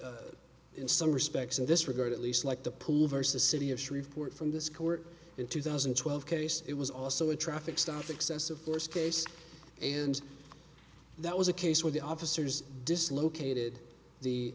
like in some respects in this regard at least like the pool vs city of shreveport from this court in two thousand and twelve case it was also a traffic stop excessive force case and that was a case where the officers dislocated the